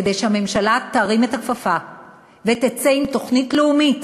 כדי שהממשלה תרים את הכפפה ותצא עם תוכנית לאומית